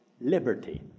liberty